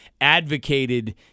advocated